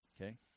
okay